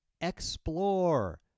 Explore